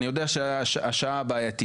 אני יודע שהשעה היא בעייתית,